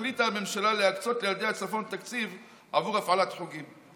החליטה הממשלה להקצות לילדי הצפון תקציב בעבור הפעלת חוגים.